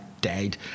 dead